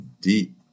deep